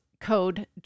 code